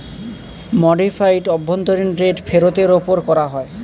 modified অভ্যন্তরীন rate ফেরতের ওপর করা হয়